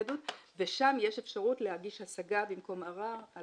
ושם יש אפשרות להגיש השגה במקום ערר על